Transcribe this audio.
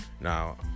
Now